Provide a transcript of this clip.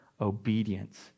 obedience